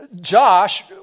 Josh